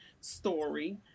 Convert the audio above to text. story